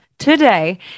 today